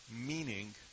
meaning